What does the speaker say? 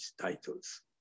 titles